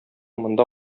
монда